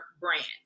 brand